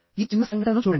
ఈ చిన్న సంఘటనను చూడండి